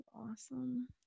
awesome